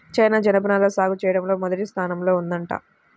China జనపనార సాగు చెయ్యడంలో మొదటి స్థానంలో ఉందంట